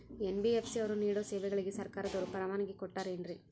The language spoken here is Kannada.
ಎನ್.ಬಿ.ಎಫ್.ಸಿ ಅವರು ನೇಡೋ ಸೇವೆಗಳಿಗೆ ಸರ್ಕಾರದವರು ಪರವಾನಗಿ ಕೊಟ್ಟಾರೇನ್ರಿ?